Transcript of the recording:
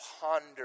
ponder